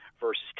versus